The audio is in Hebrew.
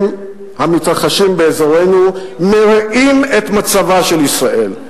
המתרחשים באזורנו מרעים את מצבה של ישראל.